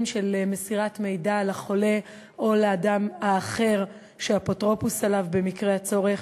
של מסירת מידע לחולה או לאדם האחר שהוא אפוטרופוס עליו במקרה הצורך,